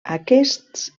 aquests